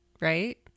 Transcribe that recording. right